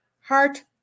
heart